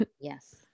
Yes